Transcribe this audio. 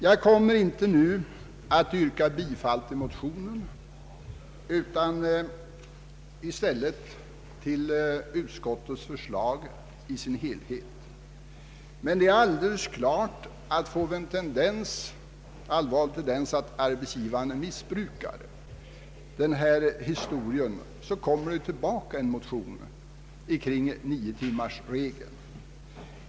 Jag kommer inte nu att yrka bifall till motionen utan i stället till utskottets förslag i dess helhet. Men det är alldeles klart att om det blir en allvarlig tendens att arbetsgivarna missbrukar sina möjligheter kommer det en ny motion om niotimmarsregeln.